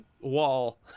wall